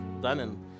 done